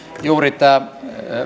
juuri tämä